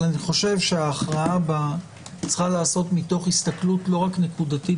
אבל אני חושב שההכרעה בה צריכה להיעשות מתוך הסתכלות לא רק נקודתית